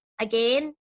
again